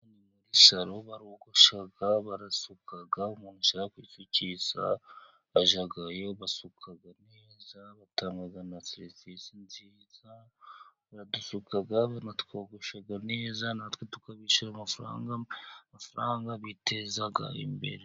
Muri saro barogosha, barasuka, umuntu ushaka gusukisha ajyayo, basuka neza, batanga na serivise nziza, baradusuka, banatwogosha neza, natwe tukabishyura amafaranga, amafaranga biteza imbere.